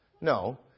No